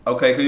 Okay